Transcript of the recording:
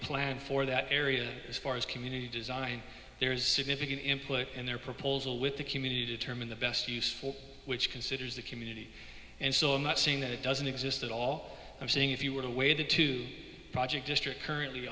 plan for that area as far as community design there is significant input in their proposal with the community determine the best use for which considers the community and so i'm not saying that it doesn't exist at all i'm saying if you were to waited to project district currently